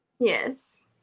Yes